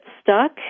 stuck